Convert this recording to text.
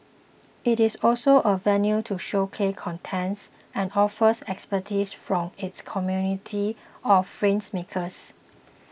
it is also a venue to showcase contents and offers expertise from its community of filmmakers